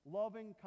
loving